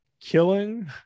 killing